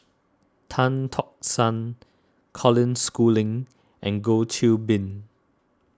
Tan Tock San Colin Schooling and Goh Qiu Bin